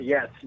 Yes